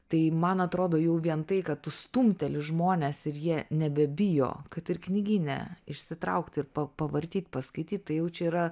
tai man atrodo jau vien tai kad tu stumteli žmones ir jie nebebijo kad ir knygyne išsitraukt pavartyt paskaityt tai jau čia yra